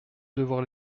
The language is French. devoir